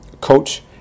coach